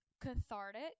cathartic